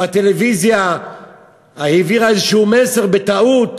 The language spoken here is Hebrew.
או הטלוויזיה העבירה איזה מסר בטעות,